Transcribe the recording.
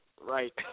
right